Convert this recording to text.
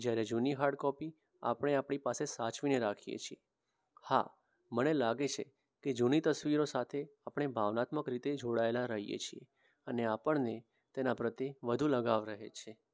જ્યારે જૂની hard copy આપણે આપણી પાસે સાચવીને રાખીએ છીએ હા મને લાગે છે કે જૂની તસવીરો સાથે આપણે ભાવનાત્મક રીતે જોડાયેલા રહીએ છીએ અને આપણને તેના પ્રત્યે વધુ લગાવ રહે છે